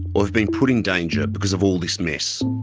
or have been put in danger because of all this mess.